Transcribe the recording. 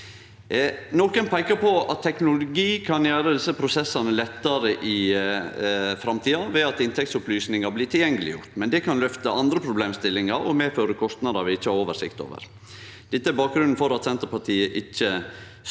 teknologi kan gjere desse prosessane lettare i framtida ved at inntektsopplysningar blir gjorde tilgjengelege, men det kan løfte andre problemstillingar og medføre kostnader vi ikkje har oversikt over. Dette er bakgrunnen for at Senterpartiet ikkje støttar